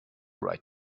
write